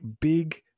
big